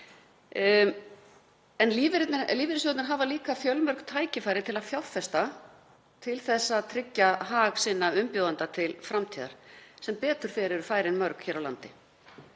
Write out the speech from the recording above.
En lífeyrissjóðirnir hafa líka fjölmörg tækifæri til að fjárfesta til að tryggja hag sinna umbjóðenda til framtíðar. Sem betur fer eru færin mörg hér á landi.